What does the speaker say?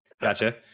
Gotcha